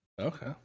Okay